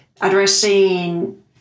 addressing